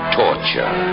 torture